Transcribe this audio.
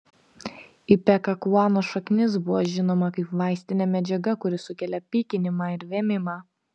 ipekakuanos šaknis buvo žinoma kaip vaistinė medžiaga kuri sukelia pykinimą ir vėmimą